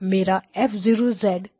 मेरा F0 क्या है